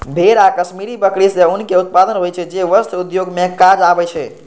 भेड़ आ कश्मीरी बकरी सं ऊनक उत्पादन होइ छै, जे वस्त्र उद्योग मे काज आबै छै